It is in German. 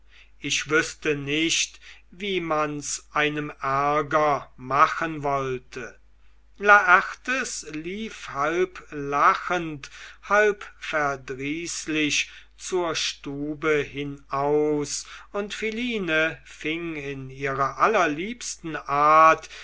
ich wüßte nicht wie man's einem ärger machen wollte laertes lief halb lachend halb verdrießlich zur stube hinaus und philine fing in ihrer allerliebsten art